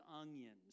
onions